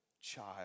child